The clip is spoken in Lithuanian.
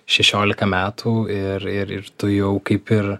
šešiolika metų ir ir ir tu jau kaip ir